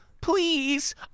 please